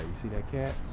see that cat?